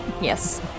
Yes